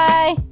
Bye